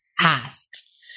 asked